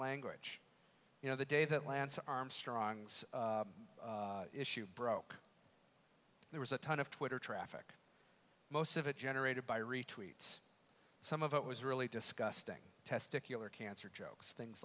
language you know the day that lance armstrong's issue broke there was a ton of twitter traffic most of it generated by retreats some of it was really disgusting testicular cancer jokes things